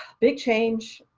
big change.